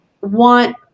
want